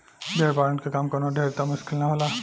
भेड़ पालन के काम कवनो ढेर त मुश्किल ना होला